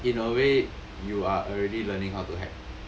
in a way you are already learning how to hack